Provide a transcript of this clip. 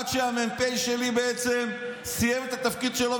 עד שהמ"פ שלי בעצם סיים את התפקיד שלו,